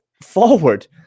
forward